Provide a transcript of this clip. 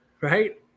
right